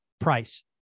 price